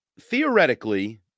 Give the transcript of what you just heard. theoretically